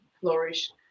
flourish